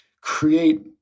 create